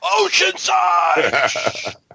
Oceanside